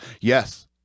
Yes